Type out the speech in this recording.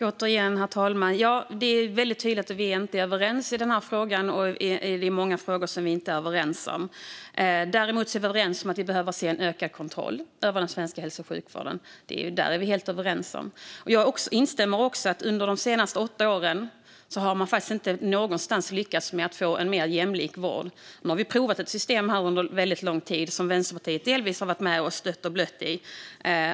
Herr talman! Återigen är det väldigt tydligt att vi inte är överens i denna fråga liksom i många andra frågor. Däremot är vi helt överens om att vi behöver se en ökad kontroll över den svenska hälso och sjukvården. Jag instämmer också i att man under de senaste åtta åren faktiskt inte någonstans har lyckats få en mer jämlik vård. Nu har vi provat ett system under väldigt lång tid, som Vänsterpartiet delvis har varit med och stött och blött i.